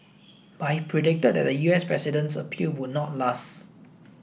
but he predicted that the U S president's appeal would not last